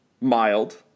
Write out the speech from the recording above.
mild